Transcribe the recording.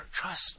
trust